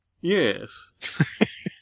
Yes